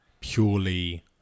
purely